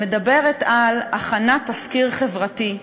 המדברת על הכנת תסקיר חברתי,